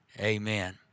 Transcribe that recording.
Amen